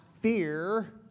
fear